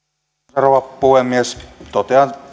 rouva puhemies totean